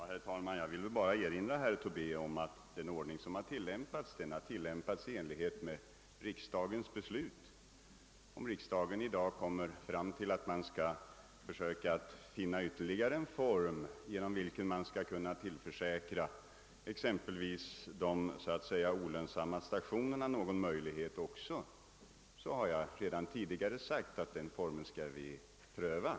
Herr talman! Jag vill bara erinra herr Tobé om att den tillämpade ordningen är i enlighet med riksdagens beslut. Om riksdagen i dag kommer fram till att man skall försöka finna ytterligare en form genom vilken man skall kunna tillförsäkra exempelvis de olönsamma stationerna vissa möjligheter har jag redan tidigare sagt att den formen också kommer att prövas.